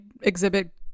exhibit